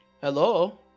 Hello